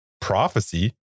prophecy